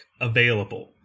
available